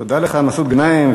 תודה לך מסעוד גנאים,